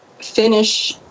finish